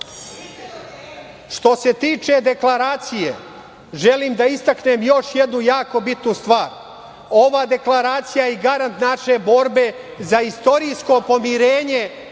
se tiče deklaracije želim da istaknem još jednu jako bitnu stvar. Ova deklaracija je garant naše borbe za istorijsko pomirenje